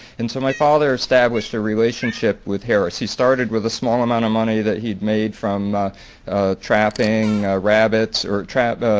and so my father established a relationship with harris. he started with a small amount of money that he'd made from trapping rabbits or, yeah,